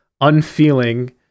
unfeeling